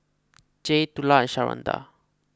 Jaye Tula and Sharonda